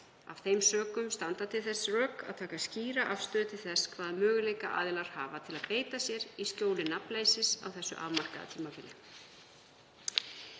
Af þeim sökum standa til þess rök að taka skýra afstöðu til þess hvaða möguleika aðilar hafa til að beita sér í skjóli nafnleysis á þessu afmarkaða tímabili.